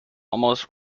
almost